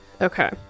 Okay